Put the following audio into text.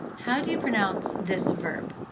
how do you pronounce this verb?